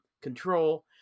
Control